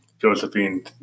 Josephine